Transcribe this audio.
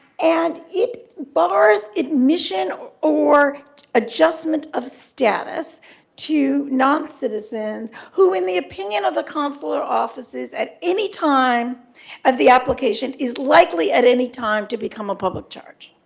and it bars admission or or adjustment of status to non-citizens who, in the opinion of the consular offices at any time of the application, is likely at any time to become a public charge.